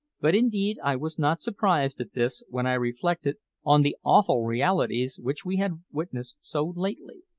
but indeed i was not surprised at this when i reflected on the awful realities which we had witnessed so lately.